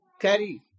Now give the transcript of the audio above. carry